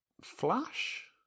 Flash